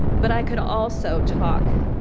but i could also talk,